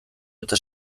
eta